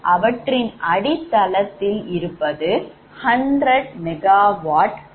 அவற்றின் அடித்தளதில் இருப்பது 100 MWA power ஆகும்